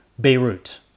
Beirut